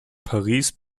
paris